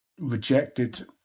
rejected